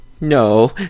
no